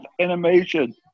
animation